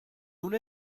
una